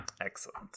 Excellent